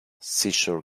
seashore